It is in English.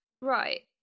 right